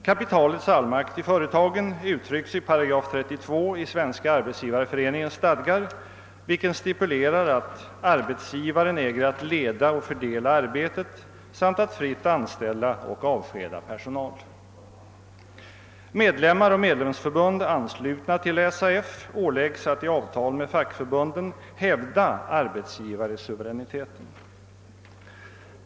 Kapitalets allmakt i företagen uttrycks i 8 32 i Svenska arbetsgivareföreningens stadgar, där det stipuleras att arbetsgivaren »äger att leda och fördela arbetet samt att fritt anställa och avskeda personal». Medlemmar och medlemsförbund anslutna till SAF åläggs att i avtal med fackförbunden hävda arbetsgivarsuveräniteten.